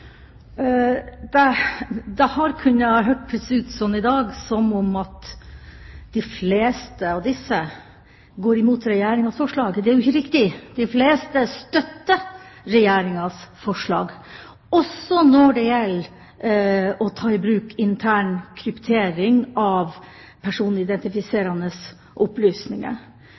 saken. Det har i dag hørtes ut som at de fleste av disse går mot Regjeringas forslag. Det er ikke riktig. De fleste støtter Regjeringas forslag, også når det gjelder å ta i bruk intern kryptering av personidentifiserende opplysninger.